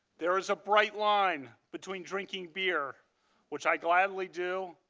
there is a bright line between drinking beer which i gladly do,